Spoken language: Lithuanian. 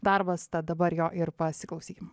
darbas tad dabar jo ir pasiklausykim